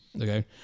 okay